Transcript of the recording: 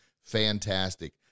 fantastic